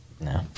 No